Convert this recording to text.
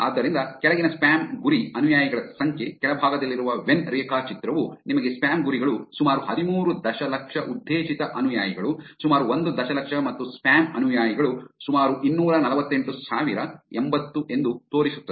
ಆದ್ದರಿಂದ ಕೆಳಗಿನ ಸ್ಪ್ಯಾಮ್ ಗುರಿ ಅನುಯಾಯಿಗಳ ಸಂಖ್ಯೆ ಕೆಳಭಾಗದಲ್ಲಿರುವ ವೆನ್ ರೇಖಾಚಿತ್ರವು ನಿಮಗೆ ಸ್ಪ್ಯಾಮ್ ಗುರಿಗಳು ಸುಮಾರು ಹದಿಮೂರು ದಶಲಕ್ಷ ಉದ್ದೇಶಿತ ಅನುಯಾಯಿಗಳು ಸುಮಾರು ಒಂದು ದಶಲಕ್ಷ ಮತ್ತು ಸ್ಪ್ಯಾಮ್ ಅನುಯಾಯಿಗಳು ಸುಮಾರು ಇನ್ನೂರ ನಲವತ್ತೆಂಟು ಸಾವಿರ ಎಂಬತ್ತು ಎಂದು ತೋರಿಸುತ್ತದೆ